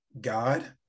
God